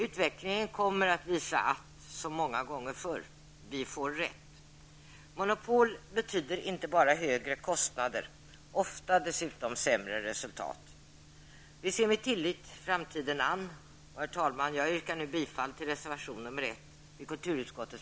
Utvecklingen kommer att visa att -- som många gånger förr -- vi får rätt. Monopol betyder inte bara högre kostnader -- ofta dessutom sämre resultat. Vi ser med tillit framtiden an. Herr talman! Jag yrkar nu bifall till reservation 1